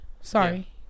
Sorry